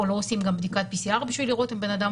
או לא עושים בדיקת PCR בשביל לראות אם בנאדם